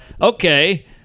okay